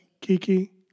Kiki